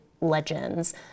legends